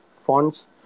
fonts